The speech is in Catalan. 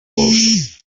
pols